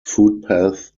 footpath